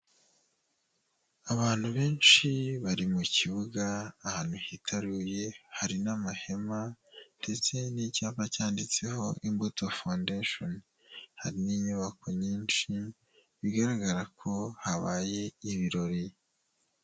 Abantu benshi bari mu kibuga, ahantu hitaruye hari n'amahema ndetse n'icyapa cyanditseho Imbuto Foundation, hari n'inyubako nyinshi bigaragara ko habaye ibirori.